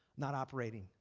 not operating.